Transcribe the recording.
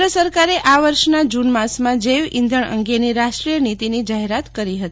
કેન્દ્ર સરકારે આ વર્ષના જૂન માસમાં જૈવ ઇંધણ અંગેની રાષ્ટ્રીય નિતીની જાહેરાત કરી હતી